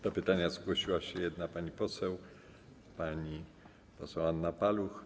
Do pytania zgłosiła się jedna pani poseł, pani poseł Anna Paluch.